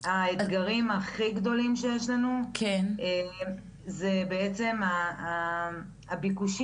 האתגרים הכי גדולים שיש לנו זה בעצם הביקושים.